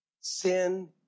sin